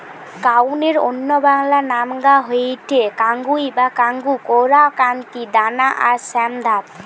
কাউনের অন্য বাংলা নামগা হয়ঠে কাঙ্গুই বা কাঙ্গু, কোরা, কান্তি, দানা আর শ্যামধাত